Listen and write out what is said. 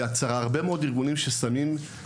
יש הרבה מאוד יצרנים של סנסורים,